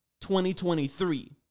2023